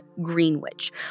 Greenwich